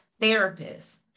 therapists